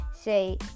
say